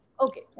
Okay